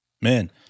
Man